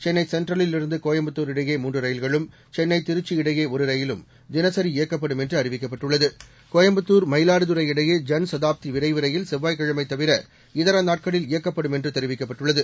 சென்னை சென்ட்ரலிலிருந்து கோயம்புத்தூர் இடையே மூன்று ரயில்களும் சென்னை திருச்சி இடையே ஒரு ரயிலும் தினசரி இயக்கப்படும் என்று அறிவிக்கப்பட்டுள்ளது கோயம்புத்தூர் மயிலாடுதுறை இடையே ஐன் சதாப்தி விரைவு ரயில் செவ்வாய்கிழமை தவிர இதர நாட்களில் இயக்கப்படும் என்று தெரிவிக்கப்பட்டுள்ளது